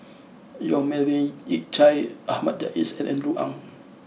Yong Melvin Yik Chye Ahmad Jais and Andrew Ang